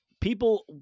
people